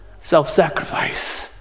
Self-sacrifice